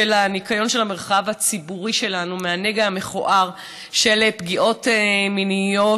של ניקיון של המרחב הציבורי שלנו מהנגע המכוער של פגיעות מיניות.